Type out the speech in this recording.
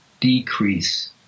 decrease